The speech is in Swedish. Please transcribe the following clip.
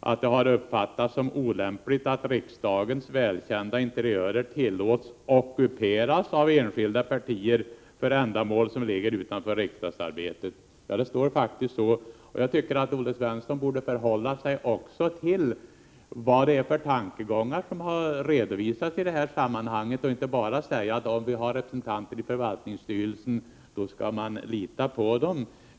att det har uppfattats som olämpligt att riksdagens välkända interiörer tillåts ockuperas av enskilda partier för ändamål som ligger utanför riksdagsarbetet. Det står faktiskt så! Jag tycker att Olle Svensson borde förhålla sig också till vad det är för tankegångar som redovisats i detta sammanhang och inte bara säga att vi har representanter i förvaltningsstyrelsen och skall lita på dem.